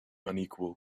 unequal